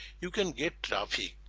you can get traffic